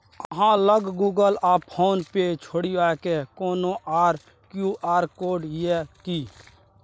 अहाँ लग गुगल आ फोन पे छोड़िकए कोनो आर क्यू.आर कोड यै कि?